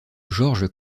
georges